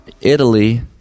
Italy